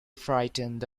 frightened